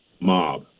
mob